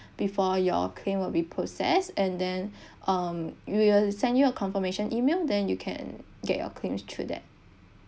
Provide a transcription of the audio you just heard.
before your claim will be process and then um we will send you a confirmation email then you can get your claims through that